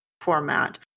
format